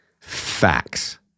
Facts